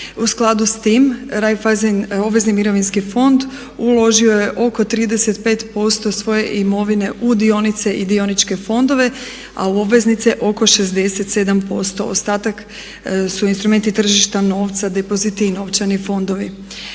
U skladu sa time Reiffeisen obvezni mirovinski fond uložio je oko 35% svoje imovine u dionice i dioničke fondove a u obveznice oko 67%, ostatak su instrumenti tržišta novca, depoziti i novčani fondovi.